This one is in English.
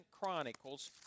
Chronicles